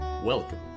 Welcome